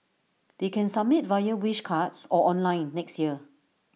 they can submit via wish cards or online next year